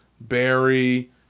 Barry